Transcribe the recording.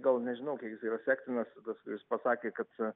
gal nežinau kiek jis yra sektinas tas kuris pasakė kad